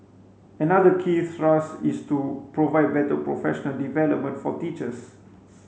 another key thrust is to provide better professional development for teachers